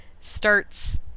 starts